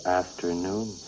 afternoon